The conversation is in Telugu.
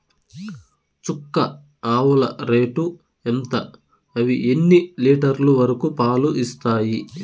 చుక్క ఆవుల రేటు ఎంత? అవి ఎన్ని లీటర్లు వరకు పాలు ఇస్తాయి?